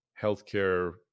healthcare